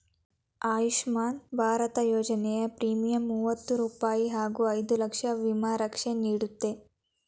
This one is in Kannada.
ಆಯುಷ್ಮಾನ್ ಭಾರತ ಯೋಜನೆಯ ಪ್ರೀಮಿಯಂ ಮೂವತ್ತು ರೂಪಾಯಿ ಹಾಗೂ ಐದು ಲಕ್ಷ ವಿಮಾ ರಕ್ಷೆ ನೀಡುತ್ತೆ